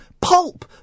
Pulp